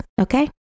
okay